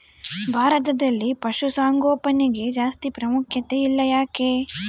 ಭಾರತದಲ್ಲಿ ಪಶುಸಾಂಗೋಪನೆಗೆ ಜಾಸ್ತಿ ಪ್ರಾಮುಖ್ಯತೆ ಇಲ್ಲ ಯಾಕೆ?